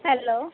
hello